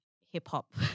hip-hop